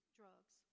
drugs